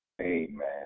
Amen